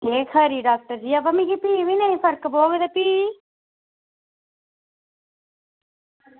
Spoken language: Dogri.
एह् खरी डाक्टर जी अवा मिगी भी बी फर्क नेईं पौग ते भी